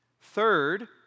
Third